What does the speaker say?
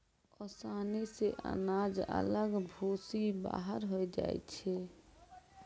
ओसानी से अनाज अलग भूसी बाहर होय जाय छै